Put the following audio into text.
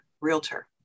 realtor